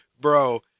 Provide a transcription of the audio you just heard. Bro